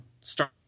start